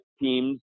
teams